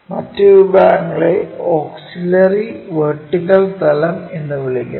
മറ്റ് വിഭാഗങ്ങളെ auxiliary vertical തലം എന്ന് വിളിക്കുന്നു